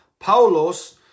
Paulos